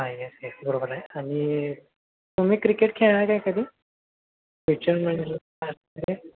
हा yes yes बरोबर आहे आणि तुम्ही क्रिकेट खेळला आहात काय कधी